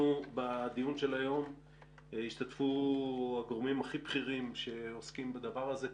בדיון של היום ישתתפו הגורמים הכי בכירים שעוסקים בדבר הזה,